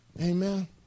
amen